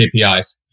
KPIs